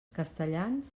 castellans